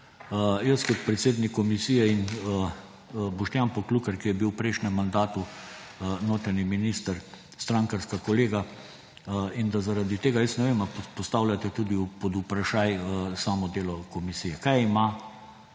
jaz kot predsednik komisije in Boštjan Poklukar, ki je bil v prejšnjem mandatu notranji minister, strankarska kolega in da zaradi tega, jaz ne vem, ali postavljate tudi pod vprašaj samo delo komisije. Kaj ima